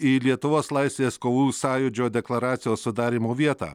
į lietuvos laisvės kovų sąjūdžio deklaracijos sudarymo vietą